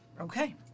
Okay